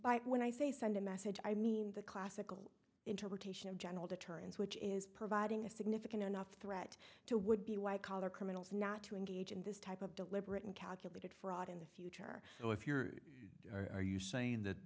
by when i say send a message i mean the classical interpretation of general deterrence which is providing a significant enough threat to would be white collar criminals not to engage in this type of deliberate and calculated fraud in the future so if you're are you saying that